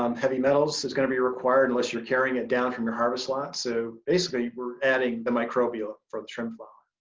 um heavy metals is gonna be required, unless you're carrying it down from your harvest lot. so basically we're adding the microbial for the trim flower.